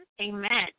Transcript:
Amen